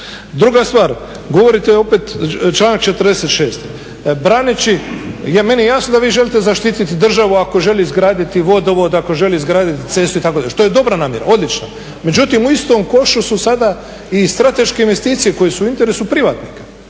Druga stvar, govorite opet članak 46., meni je jasno da vi želite zaštititi državu ako želi izgraditi vodovod, ako želi izgraditi ceste itd., što je dobra namjera, odlična. Međutim, u istom košu su sada i strateške investicije koje su u interesu privatnika,